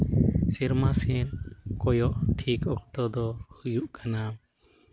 ᱥᱮᱨᱢᱟ ᱥᱮᱫ ᱠᱚᱭᱚᱜ ᱴᱷᱤᱠ ᱚᱠᱛᱚ ᱫᱚ ᱦᱩᱭᱩᱜ ᱠᱟᱱᱟ